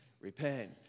repent